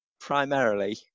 primarily